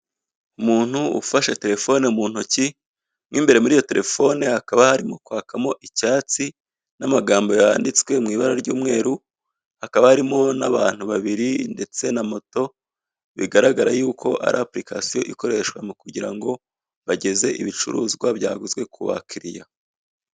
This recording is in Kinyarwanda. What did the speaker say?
Umuntu ufashe telefone mu ntoki, mo imbere muri iyo telefone hakaba hari kwakamo icyatsi, n'amagambo yanditswe mu ibara ry'umweru, hakaba harimo n'abantu babiri ndetse na moto, bigaragara yuko ari apurikasiyo ikoreshwa mu kugira ngo bageze ibicuruzwa byaguzwe ku bakiliya.